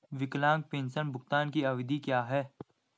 विकलांग पेंशन भुगतान की अवधि क्या है?